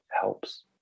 helps